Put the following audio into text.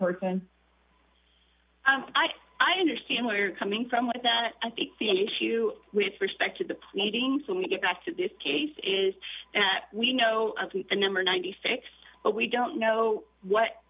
person i i understand where you're coming from with that i think the issue with respect to the pleadings when we get back to this case is we know the number ninety six but we don't know what